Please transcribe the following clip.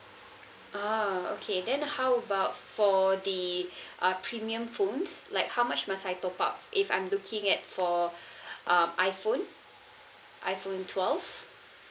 ah okay then how about for the uh premium phones like how much must I top up if I'm looking at for um iphone iphone twelve